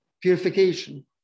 Purification